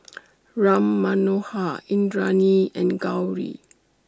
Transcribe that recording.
Ram Manohar Indranee and Gauri